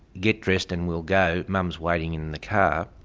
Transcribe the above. get dressed and we'll go, mum's waiting in the car',